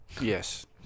Yes